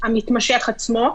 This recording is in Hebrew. המתמשך עצמו.